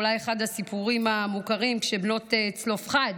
אולי אחד הסיפורים המוכרים הוא שבנות צלופחד